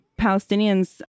Palestinians